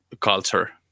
culture